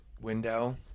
Window